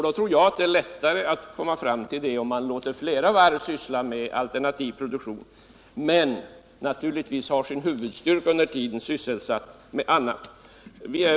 Det är lättare att komma fram till detta, om man låter flera varv syssla med alternativ produktion men samtidigt ha sin huvudstyrka under tiden sysselsatt med annat.